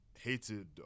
hated